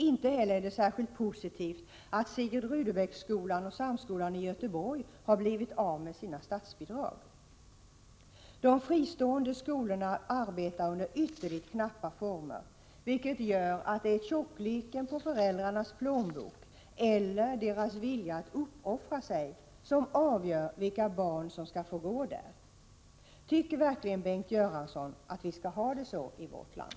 Inte heller är det särskilt positivt att Sigrid Rudebecks gymnasium och Göteborgs högre samskola har blivit av med sina statsbidrag. De fristående skolorna arbetar under ytterligt knappa former, vilket gör att tjockleken på föräldrarnas plånbok eller deras vilja att uppoffra sig får avgöra vilka barn som skall få gå där. Tycker verkligen Bengt Göransson att vi skall ha det så i vårt land?